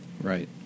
right